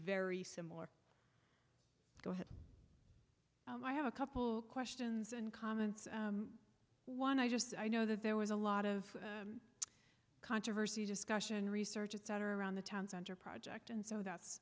very similar go ahead i have a couple questions and comments one i just i know that there was a lot of controversy discussion research etc around the town center project and so that's